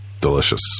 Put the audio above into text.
delicious